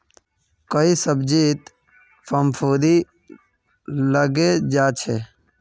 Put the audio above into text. कई सब्जित फफूंदी लगे जा छे